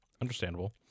Understandable